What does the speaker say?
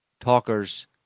talkers